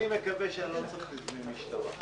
כמו שאמרנו בדיונים בישיבה,